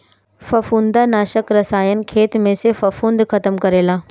फंफूदनाशक रसायन खेत में से फंफूद खतम करेला